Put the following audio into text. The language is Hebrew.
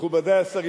מכובדי השרים,